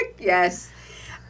Yes